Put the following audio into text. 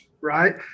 right